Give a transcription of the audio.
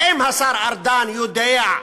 האם השר ארדן יודע?